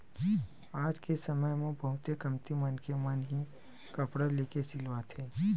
आज के समे म बहुते कमती मनखे मन ही कपड़ा लेके सिलवाथे